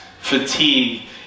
fatigue